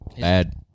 bad